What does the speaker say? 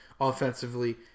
offensively